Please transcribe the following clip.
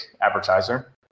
advertiser